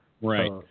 Right